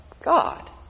God